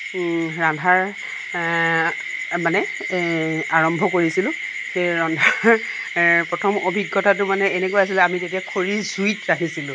ৰন্ধাৰ মানে এ আৰম্ভ কৰিছিলোঁ ৰন্ধাৰ প্ৰথম অভিজ্ঞতাটো মানে এনেকুৱা আছিলে আমি তেতিয়া খৰিত জুইত ৰান্ধিছিলোঁ